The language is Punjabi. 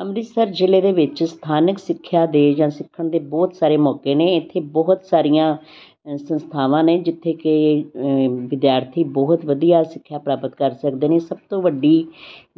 ਅੰਮ੍ਰਿਤਸਰ ਜ਼ਿਲ੍ਹੇ ਦੇ ਵਿੱਚ ਸਥਾਨਕ ਸਿੱਖਿਆ ਦੇ ਜਾਂ ਸਿੱਖਣ ਦੇ ਬਹੁਤ ਸਾਰੇ ਮੌਕੇ ਨੇ ਇੱਥੇ ਬਹੁਤ ਸਾਰੀਆਂ ਸੰਸਥਾਵਾਂ ਨੇ ਜਿੱਥੇ ਕਿ ਵਿਦਿਆਰਥੀ ਬਹੁਤ ਵਧੀਆ ਸਿੱਖਿਆ ਪ੍ਰਾਪਤ ਕਰ ਸਕਦੇ ਨੇ ਸਭ ਤੋਂ ਵੱਡੀ